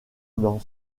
n’en